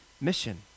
mission